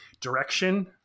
direction